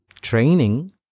training